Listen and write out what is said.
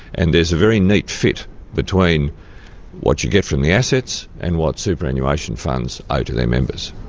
and there's a very neat fit between what you get from the assets and what superannuation funds owe to their members,